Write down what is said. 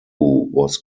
was